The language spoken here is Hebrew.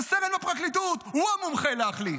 זה סרן בפרקליטות, הוא המומחה להחליט.